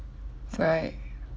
right